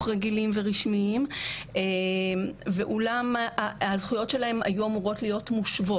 רגילים ורשמיים ואולם הזכויות שלהן היו אמורות להיות מושוות.